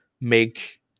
make